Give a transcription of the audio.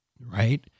right